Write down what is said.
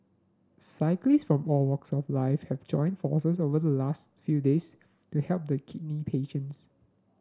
cyclists from all walks of life have joined forces over the last few days to help the kidney patients